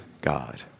God